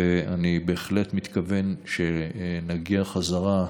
ואני בהחלט מתכוון שנגיע חזרה,